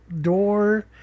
door